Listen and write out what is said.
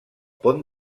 pont